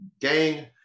gang